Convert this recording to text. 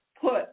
put